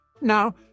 Now